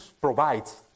provides